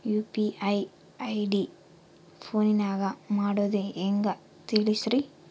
UPI ID ಫೋನಿನಾಗ ಮಾಡೋದು ಹೆಂಗ ತಿಳಿಸ್ರಿ?